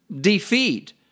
defeat